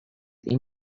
این